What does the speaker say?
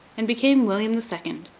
and became william the second,